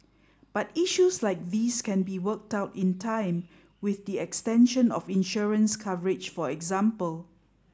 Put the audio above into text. but issues like these can be worked out in time with the extension of insurance coverage for example